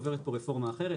עוברת פה רפורמה אחרת,